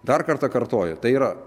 dar kartą kartoju tai yra